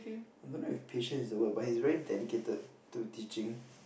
I don't know if patient is the word but he is really dedicated to teaching